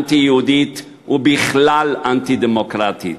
אנטי-יהודית ובכלל אנטי-דמוקרטית.